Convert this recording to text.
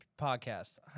podcast